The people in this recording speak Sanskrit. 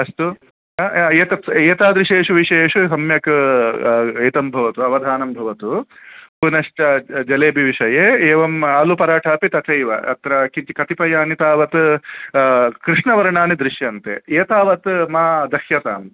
अस्तु एतत् एतादृशेषु विषयेषु सम्यक् एतं भवतु अवधानं भवतु पुनश्च ज जलेबि विषये एवम् आलुपराठा अपि तथैव अत्र किञ्चि कतिपयानि तावत् कृष्णवर्णानि दृश्यन्ते एतावत् मा दश्यताम्